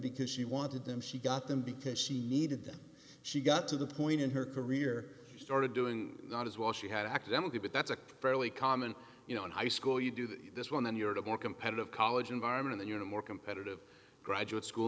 because she wanted them she got them because she needed them she got to the point in her career started doing not as well she had academically but that's a fairly common you know in high school you do this when on your to more competitive college environment you're in a more competitive graduate school